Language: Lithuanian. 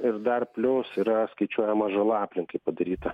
ir dar plius yra skaičiuojama žala aplinkai padaryta